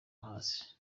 hasi